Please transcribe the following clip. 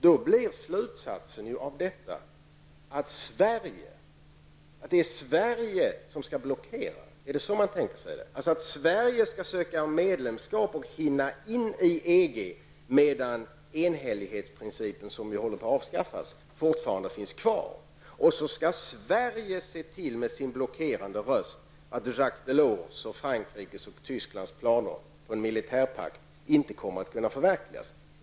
Då blir slutsatsen av detta att det är Sverige som skall blockera en militärpakt. Tänker man sig att Sverige skall ansöka om medlemskap och hinna in i EG, medan enhällighetsprincipen, som nu håller på att avskaffas, fortfarande finns kvar? Så skall Sverige se till med sin blockerande röst att Jacques Delors, Frankrikes och Tysklands planer på en militärpakt inte kommer att förverkligas?